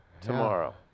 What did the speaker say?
tomorrow